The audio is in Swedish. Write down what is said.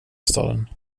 staden